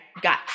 got